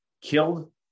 killed